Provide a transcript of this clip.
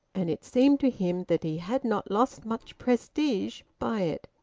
and it seemed to him that he had not lost much prestige by it.